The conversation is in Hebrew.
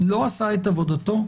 לא עשה את עבודתו?